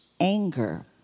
anger